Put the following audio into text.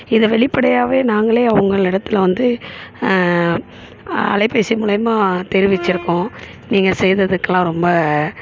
இதை வெளிப்படையாகவே நாங்களே அவங்கள் இடத்துல வந்து அலைப்பேசி மூலிமா தெரிவித்து இருக்கோம் நீங்கள் செய்ததுக்கெல்லாம் ரொம்ப